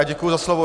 Děkuju za slovo.